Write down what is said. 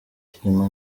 cyilima